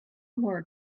more